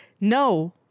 No